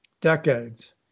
decades